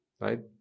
right